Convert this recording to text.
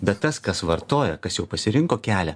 bet tas kas vartoja kas jau pasirinko kelią